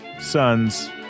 sons